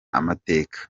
amateka